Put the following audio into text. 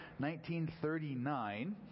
1939